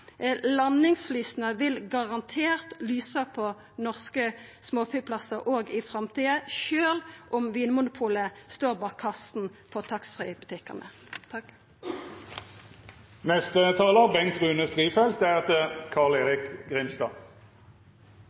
Landingslysa vil garantert lysa på norske småflyplassar òg i framtida, sjølv om Vinmonopolet står bak